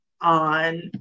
on